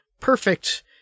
perfect